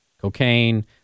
cocaine